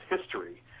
history